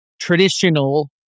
traditional